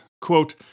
quote